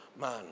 man